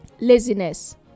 laziness